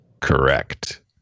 correct